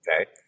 Okay